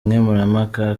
nkemurampaka